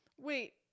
wait